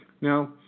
Now